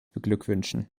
beglückwünschen